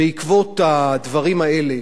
בעקבות הדברים האלה,